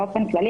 באופן כללי,